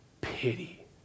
pity